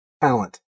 talent